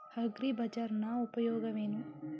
ಅಗ್ರಿಬಜಾರ್ ನ ಉಪಯೋಗವೇನು?